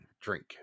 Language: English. drink